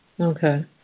Okay